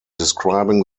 describing